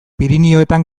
pirinioetan